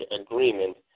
agreement